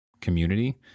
community